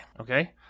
okay